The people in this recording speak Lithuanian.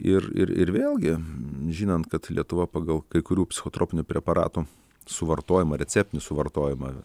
ir ir ir vėlgi žinant kad lietuva pagal kai kurių psichotropinių preparatų suvartojimą receptinį suvartojimą